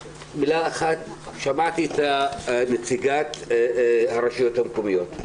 שמעתי את נציגת הרשויות המקומיות.